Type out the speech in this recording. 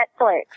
Netflix